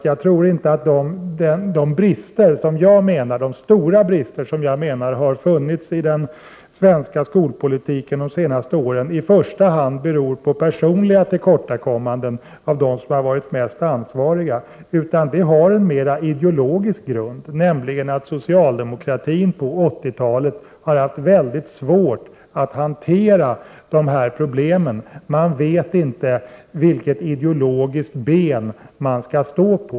Jag tror inte att de stora brister som jag menar har funnits i den svenska skolpolitiken de senaste åren i första hand beror på personliga tillkortakommanden av dem som har varit mest ansvariga, utan det har en mer ideologisk grund, nämligen att socialdemokraterna på 80-talet har haft mycket svårt att hantera de här problemen. De vet inte vilket ideologiskt ben de skall stå på.